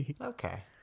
Okay